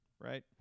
right